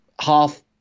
half